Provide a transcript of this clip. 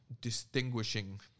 distinguishing